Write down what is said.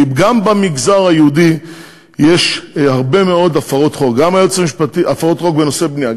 כי גם במגזר היהודי יש הרבה מאוד הפרות חוק בנושא בנייה.